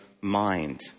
mind